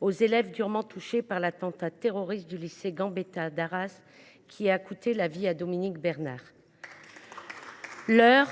aux élèves durement touchés par l’attentat terroriste survenu au lycée Gambetta d’Arras, qui a coûté la vie à Dominique Bernard. L’heure